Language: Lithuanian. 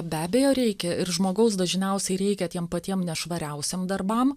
be abejo reikia ir žmogaus dažniausiai reikia tiem patiem nešvariausiem darbam